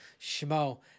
Shmo